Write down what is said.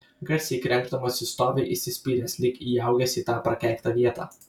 garsiai krenkšdamas jis stovi įsispyręs lyg įaugęs į tą prakeiktą vietą